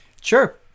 sure